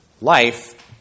life